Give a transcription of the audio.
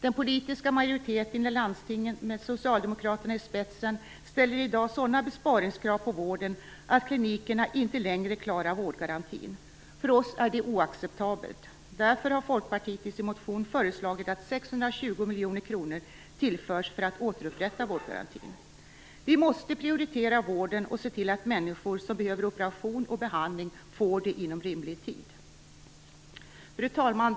Den politiska majoriteten i landstingen, med Socialdemokraterna i spetsen, ställer i dag sådana besparingskrav på vården att klinikerna inte längre klarar vårdgarantin. För oss är detta oacceptabelt. Därför har Folkpartiet i sin motion föreslagit att 620 miljoner kronor tillförs för att återupprätta vårdgarantin. Vi måste prioritera vården och se till att människor som behöver operation och behandling får det inom rimlig tid. Fru talman!